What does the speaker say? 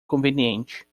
conveniente